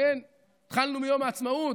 התחלנו ביום העצמאות,